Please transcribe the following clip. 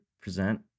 present